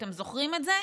אתם זוכרים את זה?